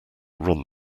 run